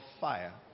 fire